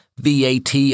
VAT